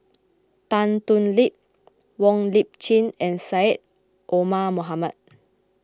Tan Thoon Lip Wong Lip Chin and Syed Omar Mohamed